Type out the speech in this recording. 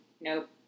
Nope